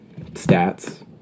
Stats